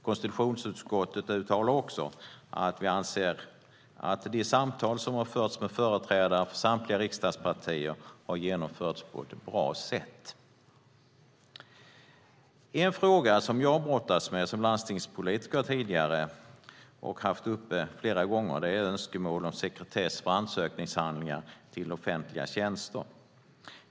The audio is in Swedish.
Konstitutionsutskottet uttalar också att de samtal som har förts med företrädare för samtliga riksdagspartier har genomförts på ett bra sätt. En fråga som jag som landstingspolitiker har brottats med och tagit upp flera gånger är önskemål om sekretess för ansökningshandlingar när det gäller offentliga tjänster.